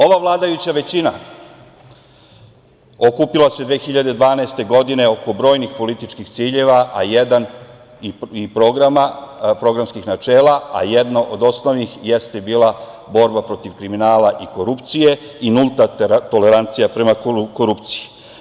Ova vladajuća većina okupila se 2012. godine oko brojnih političkih ciljeva i programskih načela, a jedno od osnovnih jeste bila borba protiv kriminala i korupcije i nulta tolerancija prema korupciji.